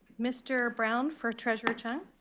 mr. brown for treasurer chiang.